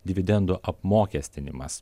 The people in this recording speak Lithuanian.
dividendų apmokestinimas